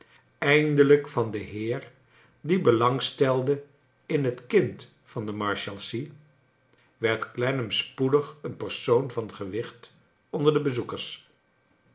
eindelijk van den heer die belang stelde in het kind van de marshalsea werd clennam spoedig een persoon van gewicht onder de bezoekers